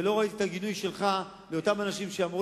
ולא ראיתי את הגינוי שלך לאותם אנשים שאמרו